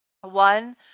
One